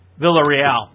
Villarreal